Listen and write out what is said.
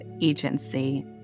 agency